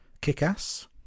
Kick-Ass